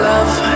Love